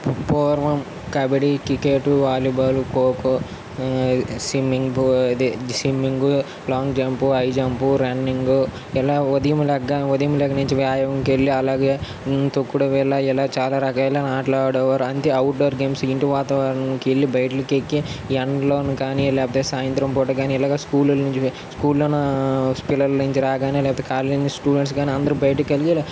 పూర్వం kabaddi cricket volleyball kho kho swimming ఇది swimming long jump high jump running ఇలా ఉదయం లెగ్గ ఉదయం దగ్గర నుంచి వ్యాయామం కెళ్ళి అలాగే తొక్కుడుబిల్ల ఇలా చాలా రకాల ఆటలు ఆడేవారు అంతే అవుట్డోర్ గేమ్స్ ఇంటి వాతావరణానికెళ్లి బయటలకెక్కి ఎండలోను కానీ లేకపోతే సాయంత్రం పూట కానీ ఇలాగ స్కూల్లో నుంచి స్కూల్లోనా పిల్లల నుంచి రాగానే లేకపోతే కాలేజ్ నుంచి స్టూడెంట్స్ కాని అందరూ బయటకెళ్లి ఇలా